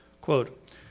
Quote